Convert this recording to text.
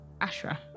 Ashra